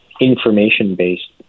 information-based